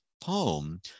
poem